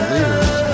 Leaders